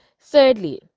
thirdly